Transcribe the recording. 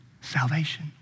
salvation